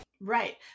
Right